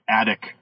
attic